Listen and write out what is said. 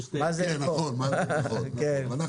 נכון, גם מאזן.